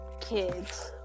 Kids